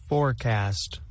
Forecast